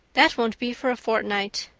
that won't be for a fortnight.